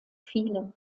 fielen